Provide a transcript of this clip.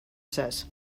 says